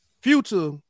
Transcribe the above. future